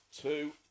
two